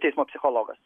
teismo psichologas